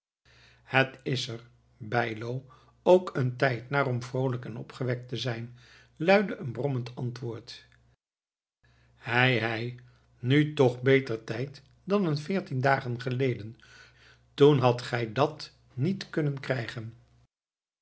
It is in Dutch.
het is er bijlo ook een tijd naar om vroolijk en opgewekt te zijn luidde een brommend antwoord hei hei nu toch beter tijd dan een veertien dagen geleden toen hadt gij dàt niet kunnen krijgen